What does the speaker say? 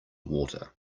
water